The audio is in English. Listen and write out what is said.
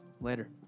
Later